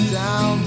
down